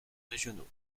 régionaux